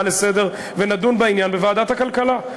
לסדר-היום ונדון בעניין בוועדת הכלכלה,